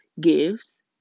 gives